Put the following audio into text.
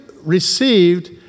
received